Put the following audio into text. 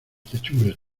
techumbres